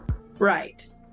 Right